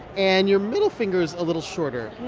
and your middle finger's a little shorter.